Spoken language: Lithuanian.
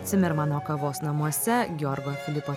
cimermano kavos namuose jo arba filipo